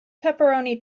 pepperoni